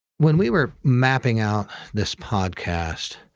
when we were mapping out this podcast,